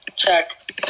check